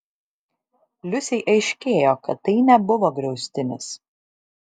liusei aiškėjo kad tai nebuvo griaustinis